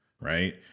Right